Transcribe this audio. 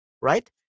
right